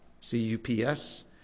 C-U-P-S